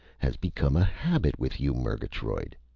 has become a habit with you, murgatroyd!